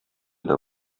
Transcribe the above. der